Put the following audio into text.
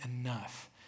enough